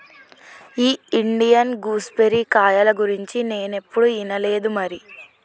ఈ Indian gooseberry కాయల గురించి నేనేప్పుడు ఇనలేదు మరి